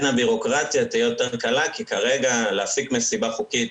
הבירוקרטיה תהיה יותר קלה כי כרגע להפיק מסיבה חוקית,